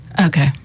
Okay